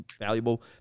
valuable